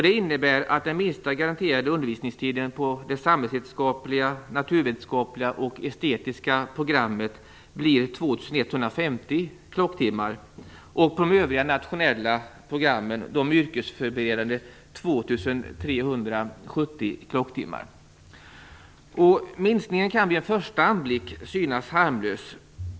Det innebär att den minsta garanterade undervisningstiden på de samhällsvetenskapliga, naturvetenskapliga och estetiska programmen blir Minskningen kan vid en första anblick synas harmlös.